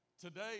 Today